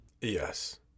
Yes